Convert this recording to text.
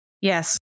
Yes